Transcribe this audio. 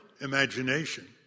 imagination